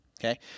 Okay